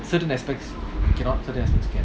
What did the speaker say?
certain aspects cannot certain aspects can